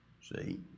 see